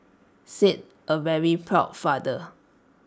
said A very proud father